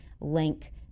link